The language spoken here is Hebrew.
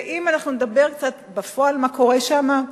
ואם נדבר קצת בפועל מה קורה שם,